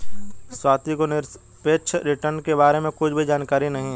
स्वाति को निरपेक्ष रिटर्न के बारे में कुछ भी जानकारी नहीं है